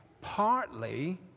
partly